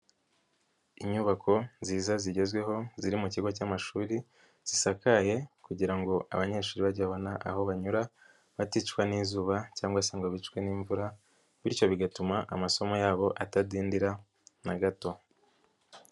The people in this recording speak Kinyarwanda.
Inyubako nziza zigezweho ziri mu kigo cy'amashuri zisakaye kugira ngo abanyeshuri bajye babona aho banyura baticwa n'izuba cyangwa se ngo bicwe n'imvura, bityo bigatuma amasomo yabo atadindira na gato.